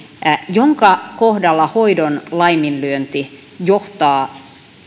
jonka kohdalla hoidon laiminlyönti johtaa